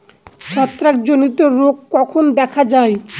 ছত্রাক জনিত রোগ কখন দেখা য়ায়?